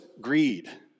greed